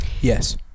yes